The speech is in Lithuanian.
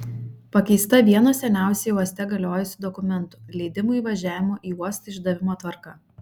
pakeista vieno seniausiai uoste galiojusių dokumentų leidimų įvažiavimo į uostą išdavimo tvarka